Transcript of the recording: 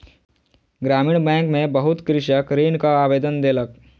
ग्रामीण बैंक में बहुत कृषक ऋणक आवेदन देलक